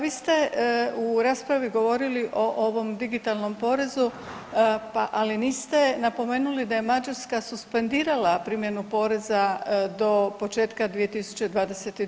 Vi ste u raspravi govorili o ovom digitalnom porezu, ali niste napomenuli da je Mađarska suspendirala primjenu poreza do početka 2022.